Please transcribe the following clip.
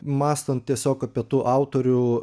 mąstant tiesiog apie tų autorių